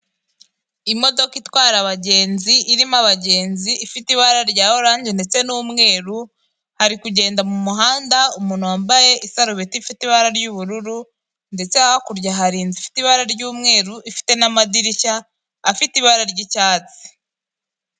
Imodoka itwara abagenzi irimo abagenzi ifite ibara rya oranje ndetse n'umweru, hari kugenda mu muhanda umuntu wambaye isarubeti ifite ibara ry'ubururu, ndetse hakurya hari inzu ifite ibara ry'umweru, ifite n'amadirishya afite ibara ry'icyatsi.